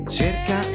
cerca